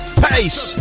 pace